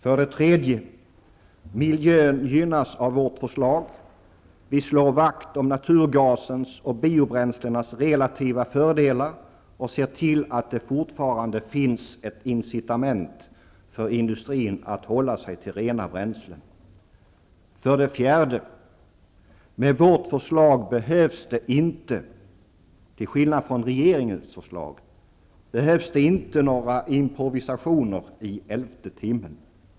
För det tredje: Miljön gynnas av vårt förslag. Vi slår vakt om naturgasens och biobränslenas relativa fördelar och ser till att det fortfarande finns ett incitament för industrin att hålla sig till rena bränslen. För det fjärde: Med vårt förslag behövs det inte -- till skillnad från regeringens -- några improvisationer i elfte timmen.